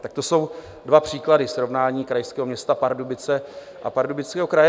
Tak to jsou dva příklady srovnání krajského města Pardubice a Pardubického kraje.